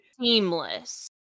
seamless